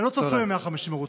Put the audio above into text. אני לא צופה ב-150 ערוצים,